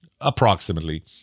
approximately